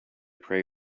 pray